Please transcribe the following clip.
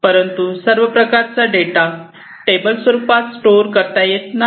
परंतु सर्व प्रकारचा डेटा टेबल स्वरूपात स्टोअर करता येत नाही